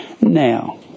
Now